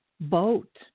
boat